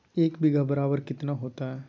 एक बीघा बराबर कितना होता है?